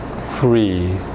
three